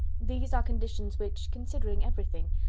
these are conditions which, considering everything,